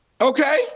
Okay